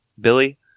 Billy